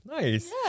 nice